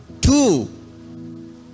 two